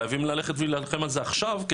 חייבים ללכת ולהילחם על זה עכשיו,